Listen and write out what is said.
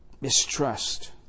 mistrust